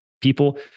people